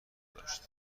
داشت